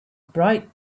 bright